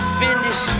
finish